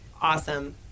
awesome